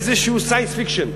איזה science fiction.